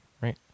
right